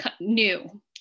new